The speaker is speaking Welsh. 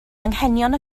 anghenion